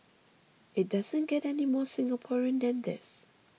it doesn't get any more Singaporean than this